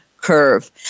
Curve